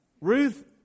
Ruth